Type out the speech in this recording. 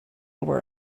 were